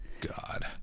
God